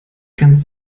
ganz